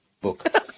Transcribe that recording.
book